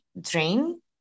drain